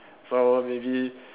so maybe